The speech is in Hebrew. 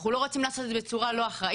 אנחנו לא רוצים לעשות את זה בצורה לא אחראית.